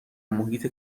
محیط